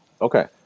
Okay